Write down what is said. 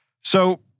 So-